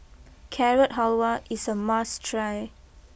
Carrot Halwa is a must try